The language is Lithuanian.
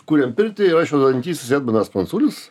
kuriam pirtį ir aš vedantysis edmundas pranculis